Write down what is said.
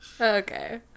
Okay